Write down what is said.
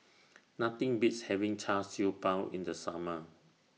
Nothing Beats having Char Siew Bao in The Summer